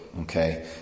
Okay